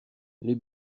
les